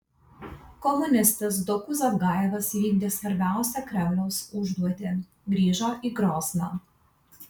komunistas doku zavgajevas įvykdė svarbiausią kremliaus užduotį grįžo į grozną